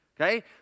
Okay